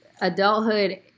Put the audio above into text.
adulthood